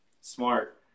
smart